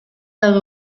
дагы